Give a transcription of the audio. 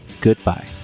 goodbye